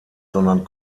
sondern